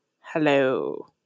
hello